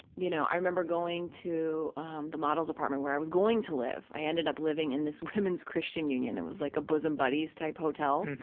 you know, i remember going to um the models' apartment where i was going to live, i ended up living in this woman's christian union. it was like a bosom buddies-type hotel.